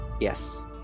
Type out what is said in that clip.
Yes